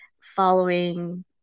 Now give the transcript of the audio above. following